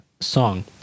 song